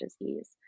disease